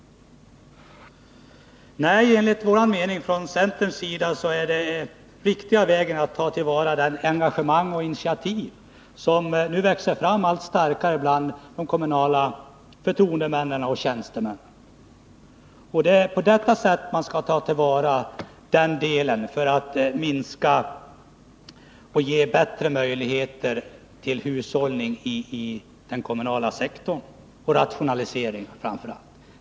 Nej, enligt centerns mening är den riktiga vägen att gå att ta till vara det engagemang och de initiativ som alltmer växer fram bland de kommunala förtroendemännen och tjänstemännen. Det är genom att ta till vara denna del som man kan ge bättre möjligheter till en minskning, hushållning och framför allt rationalisering inom den kommunala sektorn.